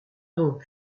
donc